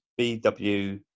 BW